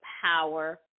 power